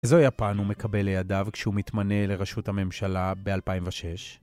איזו יפן הוא מקבל לידיו כשהוא מתמנה לראשות הממשלה ב-2006?